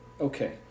Okay